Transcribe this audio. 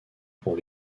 pour